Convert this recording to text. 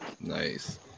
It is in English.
Nice